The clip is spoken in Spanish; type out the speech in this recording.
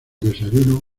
desayuno